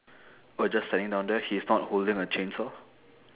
oh just standing down there he's not holding a chainsaw